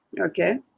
Okay